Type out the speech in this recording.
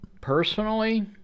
personally